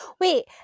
Wait